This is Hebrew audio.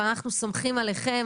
ואנחנו סומכים עליכם,